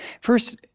First